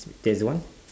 there's one